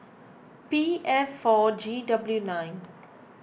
P F four G W nine